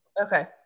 Okay